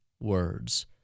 words